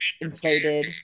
inflated